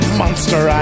monster